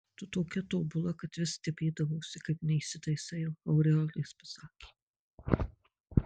tu tokia tobula kad vis stebėdavausi kaip neįsitaisai aureolės pasakė